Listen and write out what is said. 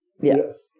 yes